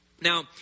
Now